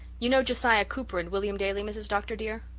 you know josiah cooper and william daley, mrs. dr. dear.